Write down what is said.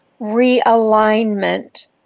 realignment